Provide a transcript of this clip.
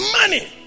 money